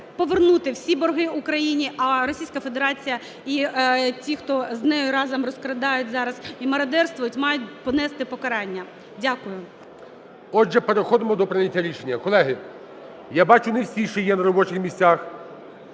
повернути всі борги Україні, а Російська Федерація і ті, хто з нею разом розкрадають зараз і мародерствують, мають понести покарання. Дякую. ГОЛОВУЮЧИЙ. Отже, переходимо до прийняття рішення. Колеги, я бачу, не всі ще є на робочих місцях,